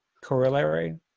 corollary